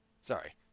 Sorry